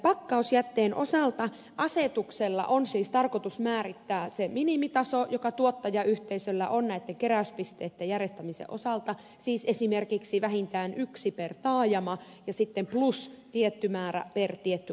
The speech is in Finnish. pakkausjätteen osalta on asetuksella siis tarkoitus määrittää se minimitaso joka tuottajayhteisöillä on näitten keräyspisteitten järjestämisen osalta siis esimerkiksi vähintään yksi per taajama plus tietty määrä per tietty asukasmäärä